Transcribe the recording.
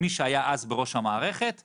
מי שהיה אז בראש המערכת נכנע,